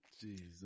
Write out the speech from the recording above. Jesus